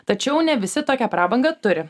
tačiau ne visi tokią prabangą turi